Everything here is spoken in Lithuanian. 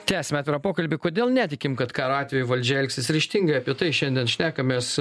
tęsiame toliau pokalbį kodėl netikim kad karo atveju valdžia elgsis ryžtingai apie tai šiandien šnekamės